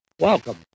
Welcome